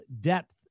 depth